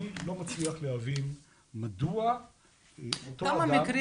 אני לא מצליח להבין מדוע בתור אדם --- כמה מקרים